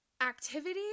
activity